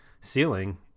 ceiling